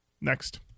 Next